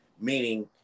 meaning